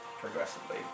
progressively